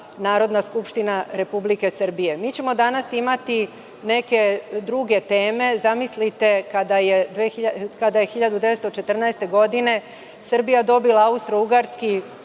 Narodna skupština Republike Srbije? Mi ćemo danas imati neke druge teme. Zamislite, kada je 1914. godine Srbija dobila austrougarski